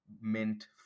mint